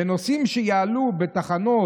ונוסעים שיעלו בתחנות"